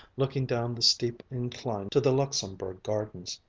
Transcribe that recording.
looking down the steep incline to the luxembourg gardens.